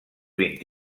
vint